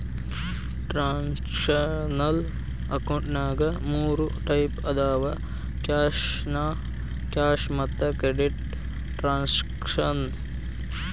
transactional ಅಕೌಂಟಿನ್ಯಾಗ ಮೂರ್ type ಅದಾವ ಕ್ಯಾಶ್ ನಾನ್ ಕ್ಯಾಶ್ ಮತ್ತ ಕ್ರೆಡಿಟ್ ಟ್ರಾನ್ಸಾಕ್ಷನ